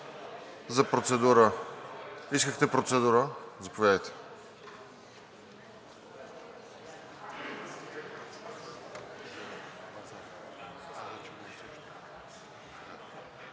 За процедура? Искахте процедура – заповядайте.